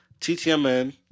TTMN